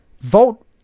vote